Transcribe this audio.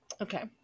Okay